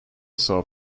saw